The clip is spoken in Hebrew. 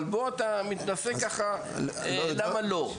אבל פה אתה מנסה להגיד למה לא.